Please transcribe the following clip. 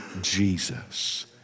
Jesus